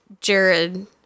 Jared